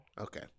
Okay